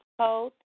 code